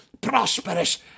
prosperous